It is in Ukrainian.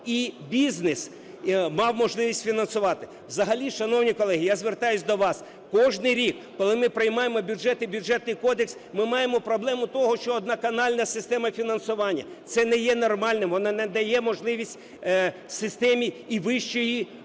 і бізнес мав можливість фінансувати. Взагалі, шановні колеги, я звертаюсь до вас: кожний рік, коли ми приймаємо бюджет і Бюджетний кодекс, ми маємо проблему того, що одноканальна система фінансування – це не є нормальним, воно не дає можливість системі і вищої освіти, і